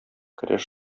көрәш